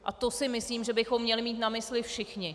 A to si myslím, že bychom měli mít na mysli všichni.